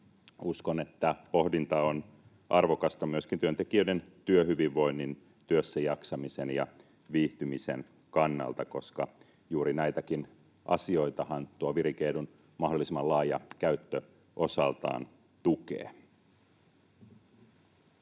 Uskon, että pohdinta on arvokasta myöskin työntekijöiden työhyvinvoinnin, työssä jaksamisen ja viihtymisen, kannalta, koska juuri näitä asioitahan tuo virike-edun mahdollisimman laaja käyttö osaltaan tukee.